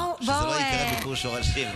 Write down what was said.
כדי שזה לא ייקרא ביקור שורשים.